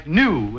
new